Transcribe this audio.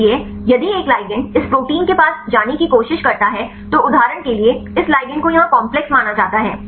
इसलिए यदि एक लिगैंड इस प्रोटीन के पास जाने की कोशिश करता है तो उदाहरण के लिए इस लिगैंड को यहां काम्प्लेक्स माना जाता है